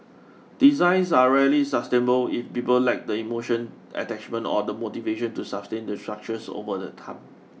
designs are rarely sustainable if people lack the emotional attachment or the motivation to sustain the structures over the time